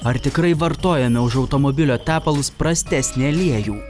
ar tikrai vartojame už automobilio tepalus prastesnį aliejų